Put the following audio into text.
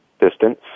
Distance